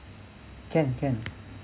can can